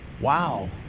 wow